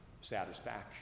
satisfaction